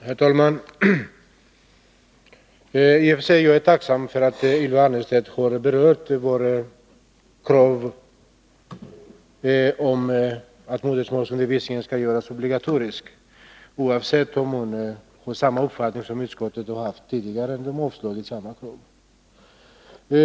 Herr talman! I och för sig är jag tacksam för att Ylva Annerstedt berört Torsdagen den våra krav om att modersmålsundervisningen skall göras obligatorisk, oavsett 15 april 1982 om hon har samma uppfattning som utskottet har haft tidigare, då man avstyrkt sådana krav.